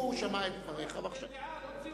הוא שמע את דבריך, ועכשיו, נותן דעה, לא ציונים.